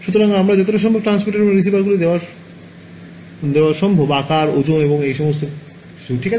সুতরাং আমার যতটা সম্ভব ট্রান্সমিটার এবং রিসিভারগুলি দেওয়া সম্ভব আকার ওজন এবং এই সমস্ত কিছু ঠিক আছে